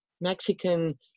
Mexican